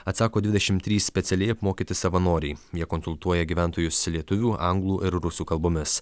atsako dvidešimt trys specialiai apmokyti savanoriai jie konsultuoja gyventojus lietuvių anglų ir rusų kalbomis